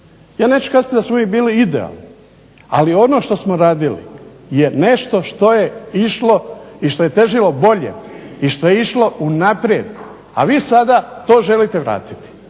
Ja neću kazati da smo mi bili idealni, ali ono što smo radili je nešto što je išlo i što je težilo boljem i što je išlo unaprijed, a vi sada to želite vratiti.